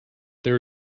there